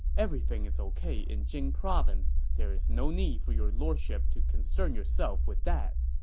everything is ok in jing province. there's no need for your lordship to concern yourself with that.